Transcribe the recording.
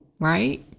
right